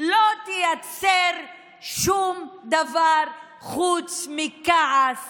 לא ייצרו שום דבר חוץ מכעס